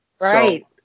Right